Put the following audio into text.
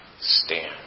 stand